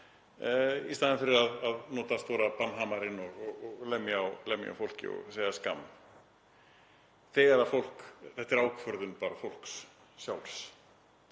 í staðinn fyrir að nota stóra bannhamarinn og lemja á fólki og segja skamm þegar þetta er bara ákvörðun fólksins sjálfs.